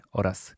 oraz